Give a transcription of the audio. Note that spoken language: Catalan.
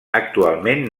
actualment